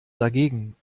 dagegen